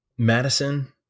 Madison